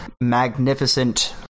Magnificent